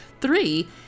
Three